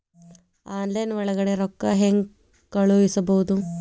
Online ಒಳಗಡೆ ರೊಕ್ಕ ಹೆಂಗ್ ಕಳುಹಿಸುವುದು?